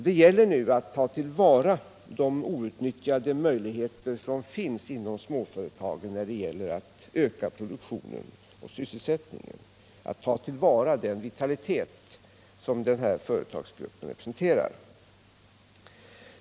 Det gäller nu att ta till vara de outnyttjade möjligheter som finns inom småföretagen för att öka produktionen och sysselsättningen, att ta till vara den vitalitet som den här företagsgruppen representerar.